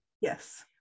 yes